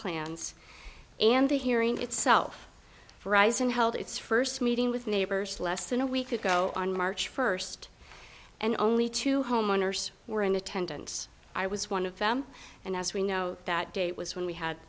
plans and the hearing itself for rising held its first meeting with neighbors less than a week ago on march first and only two homeowners were in attendance i was one of them and as we know that day was when we had